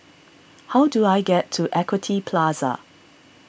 how do I get to Equity Plaza